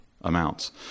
amounts